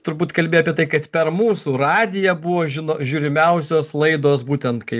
turbūt kalbi apie tai kad per mūsų radiją buvo žino žiūrimiausios laidos būtent kai